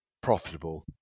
profitable